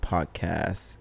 Podcast